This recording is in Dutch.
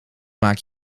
maak